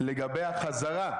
לגבי החזרה,